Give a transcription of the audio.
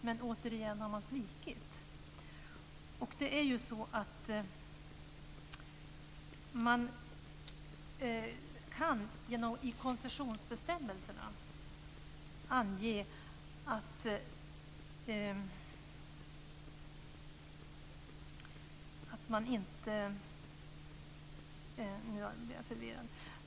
Men återigen har man svikit.